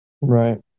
Right